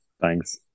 Thanks